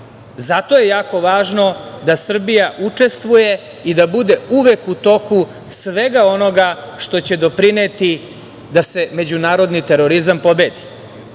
Zato je jako važno da Srbija učestvuje i da bude uvek u toku svega onoga što će doprineti da se međunarodni terorizam pobedi. Ono